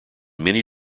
many